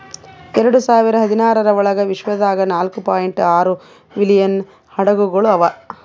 ಎರಡು ಸಾವಿರ ಹದಿನಾರರ ಒಳಗ್ ವಿಶ್ವದಾಗ್ ನಾಲ್ಕೂ ಪಾಯಿಂಟ್ ಆರೂ ಮಿಲಿಯನ್ ಹಡಗುಗೊಳ್ ಅವಾ